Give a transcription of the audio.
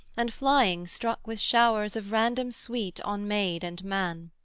and flying struck with showers of random sweet on maid and man.